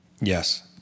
yes